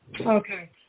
Okay